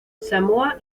samoa